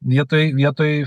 vietoj vietoj